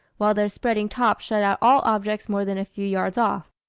while their spreading tops shut out all objects more than a few yards off.